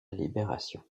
libération